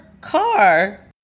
car